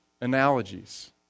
analogies